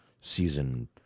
season